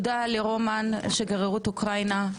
תודה לרומן משגרירות אוקראינה,